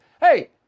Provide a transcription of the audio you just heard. hey